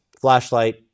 flashlight